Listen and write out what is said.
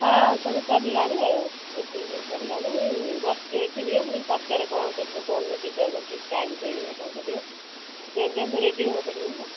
ହଁ ସବୁ ସରିଲାଣି ଆଉ ରୋଷେଇ ସବୁ ସରିଲାଣି ଏଇ ବସିଛୁ ଏଠି ଟିକେ ମୁଁ କହିଲି ପଚାରେ କ'ଣ କେତେ କେଉଁ ଦିନ ଯିବାକୁ ଠିକ୍ ଟାଇମ୍ କହିବେ କ'ଣ କରିବ ସେ ଅନୁଯାୟୀ ଫେର୍ ରେଡ଼ି ହେବାକୁ ପଡ଼ିବ ନା